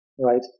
right